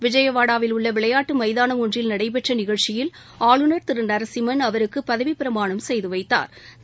விஜயவாடாவில் உள்ள விளையாட்டு ஸ்தானம் ஒன்றில் நடைபெற்ற நிகழ்ச்சியில் ஆளுநர் திரு நரசிம்மன் அவருக்கு பதவி பிரமாணம் செய்து வைத்தாா்